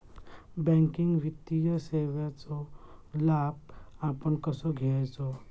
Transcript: Banking वित्तीय सेवाचो लाभ आपण कसो घेयाचो?